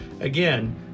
Again